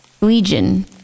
Legion